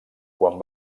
quan